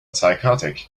psychotic